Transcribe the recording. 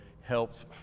helps